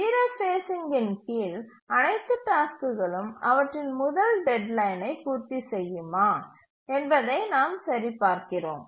0 ஃபேஸ்சிங்கின் கீழ் அனைத்து டாஸ்க்குகளும் அவற்றின் முதல் டெட்லைனை பூர்த்தி செய்யுமா என்பதை நாம் சரிபார்க்கிறோம்